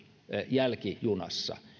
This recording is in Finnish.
jälkijunassa